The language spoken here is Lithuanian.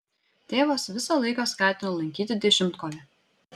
tėvas visą laiką skatino lankyti dešimtkovę